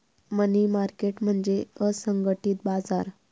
मनी market म्हणजे असंघटित बाजार